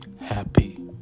happy